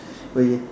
but he